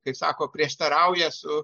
kaip sako prieštarauja su